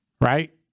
right